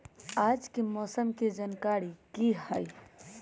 आज के मौसम के जानकारी कि हई?